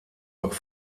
noch